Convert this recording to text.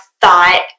thought